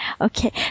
Okay